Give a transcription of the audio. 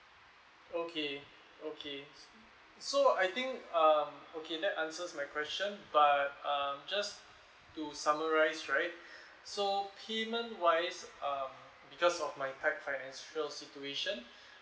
okay okay so I think um okay that answers my question but um just to summarizes right so payment wise um because of my tight financial situation